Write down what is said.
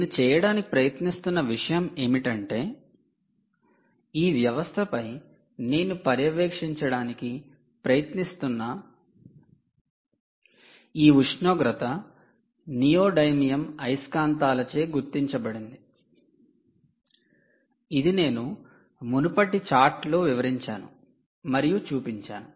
నేను చేయడానికి ప్రయత్నిస్తున్న విషయం ఏమిటంటే ఈ వ్యవస్థపై నేను పర్యవేక్షించడానికి ప్రయత్నిస్తున్న ఈ ఉష్ణోగ్రత నియోడైమియం అయస్కాంతాలచే గుర్తించబడింది ఇది నేను మునుపటి చార్టులో వివరించాను మరియు చూపించాను